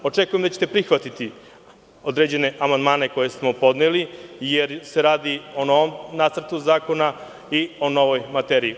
Očekujem da ćete prihvatiti određene amandmane koje smo podneli, jer se radi o novom nacrtu zakona i o novoj materiji.